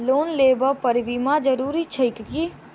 Loan लेबऽ पर बीमा जरूरी छैक की?